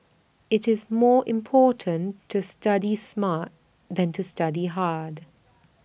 IT is more important to study smart than to study hard